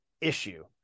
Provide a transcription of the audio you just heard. issue